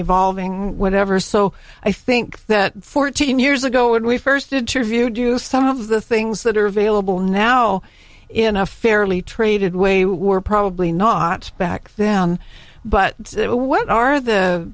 evolving whatever so i think that fourteen years ago when we first interviewed you some of the things that are available now in a fairly traded way were probably noughts back then but what are the